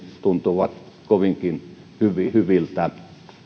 tuntuvat kovinkin hyviltä